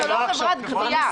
זו לא חברת גבייה.